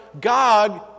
God